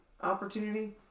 opportunity